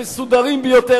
המסודרים ביותר,